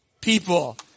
people